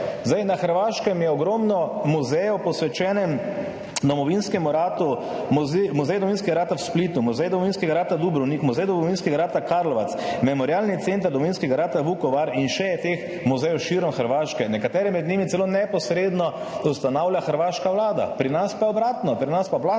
Na Hrvaškem je ogromno muzejev posvečenih domovinskemu ratu, muzej domovinskega rata v Splitu, muzej domovinskega rata v Dubrovniku, muzej domovinskega rata Karlovac, memorialni center domovinskega rata Vukovar in še je teh muzejev širom Hrvaške. Nekatere med njimi celo neposredno ustanavlja hrvaška vlada, pri nas pa obratno, pri nas pa vlada